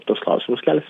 tuos klausimus kelsim